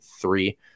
three